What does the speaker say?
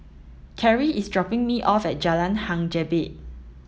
Cary is dropping me off at Jalan Hang Jebat